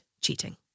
cheating